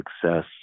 success